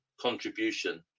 contribution